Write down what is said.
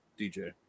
DJ